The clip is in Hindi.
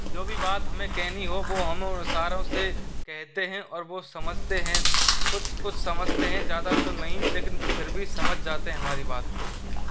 जो भी बात हमें कहनी हो वो हम इशारों से कहते हैं और वो समझते हैं कुछ कुछ समझते हैं ज़्यादा तो नहीं लेकिन फिर भी समझ जाते हैं हमारी बात को वो